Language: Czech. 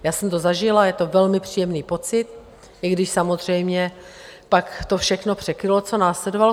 Já jsem to zažila, je to velmi příjemný pocit, i když samozřejmě pak to všechno překrylo, co následovalo.